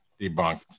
debunked